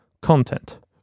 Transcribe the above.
content